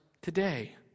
today